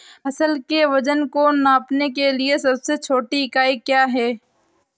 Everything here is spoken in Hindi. फसल के वजन को नापने के लिए सबसे छोटी इकाई क्या है?